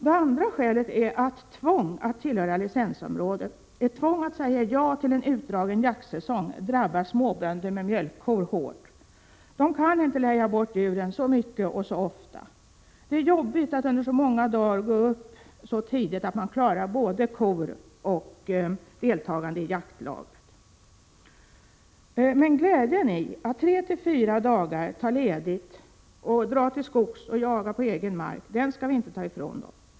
Det andra skälet är att ett tvång att tillhöra licensområdet, ett tvång att säga ja till en utdragen jaktsäsong, drabbar småbönder med mjölkkor hårt. De kan inte leja bort djuren så mycket och så ofta. Det är jobbigt att under så många dagar gå upp så tidigt att man kan klara både kor och deltagande i ett jaktlag. Men glädjen över att tre fyra dagar ta ledigt och dra till skogs för att jaga på egen mark skall vi inte ta ifrån dem.